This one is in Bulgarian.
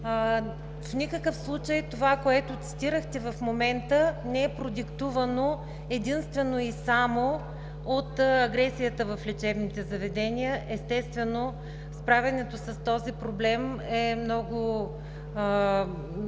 В никакъв случай това, което цитирахте в момента, не е продиктувано единствено и само от агресията в лечебните заведения. Естествено, справянето с този проблем е наша